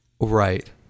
Right